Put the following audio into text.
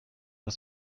was